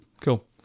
Cool